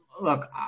look